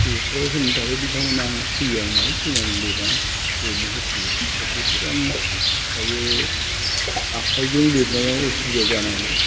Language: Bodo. बेफ्राव होनो थाखाय बिथांमोना आंनाव फैयो आंनियाव फैनानै लिरना लिरनो होफैयो दा बेफोरखौ आं दायो आखाइजों लिरनायाव असुबिदा जानायलाय